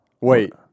Wait